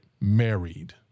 Married